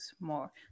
more